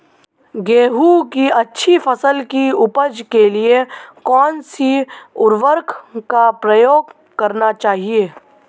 गेहूँ की अच्छी फसल की उपज के लिए कौनसी उर्वरक का प्रयोग करना चाहिए?